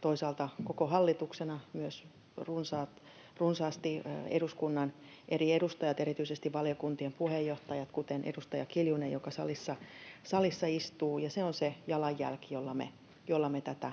toisaalta koko hallitus ja myös runsaasti eduskunnan eri edustajat, erityisesti valiokuntien puheenjohtajat, kuten edustaja Kiljunen, joka salissa istuu. Ja se on se jalanjälki, jolla me tätä